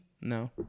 No